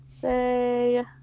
say